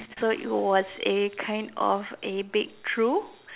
so it was a kind of a breakthrough